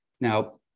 Now